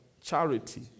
Charity